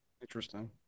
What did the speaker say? Interesting